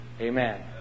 Amen